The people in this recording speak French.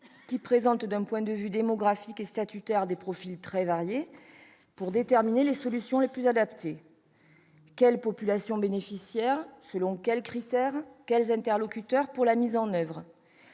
qui présentent d'un point de vue démographique et statutaire des profils très variés, pour déterminer les solutions les plus adaptées : quelles seront les populations bénéficiaires, et selon quels critères ? Quels interlocuteurs retenir pour la mise en oeuvre ?